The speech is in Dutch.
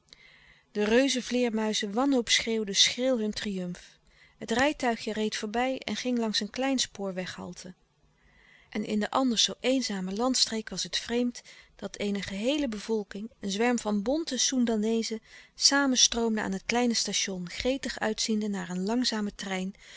reuzenvleêrmuizen wanhoopschreeuwden schril hun triumf het rijtuigje reed voorbij en ging langs een kleine spoorweghalte en in de anders zoo eenzame landstreek was het vreemd louis couperus de stille kracht dat eene geheele bevolking een zwerm van bonte soendaneezen samenstroomde aan het kleine station gretig uitziende naar een langzame trein